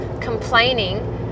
complaining